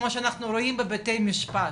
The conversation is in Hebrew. כמו שאנחנו רואים בבתי משפט,